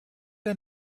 der